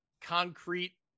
concrete